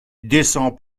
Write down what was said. descend